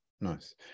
nice